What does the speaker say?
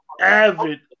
avid